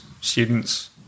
students